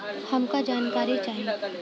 हमका जानकारी चाही?